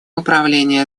управление